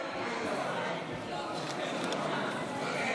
אדוני, עשר דקות.